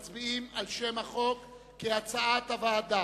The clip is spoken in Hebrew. על כל הסתייגות לחלופין אני מצביע בהצבעה ידנית.